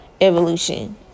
evolution